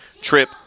trip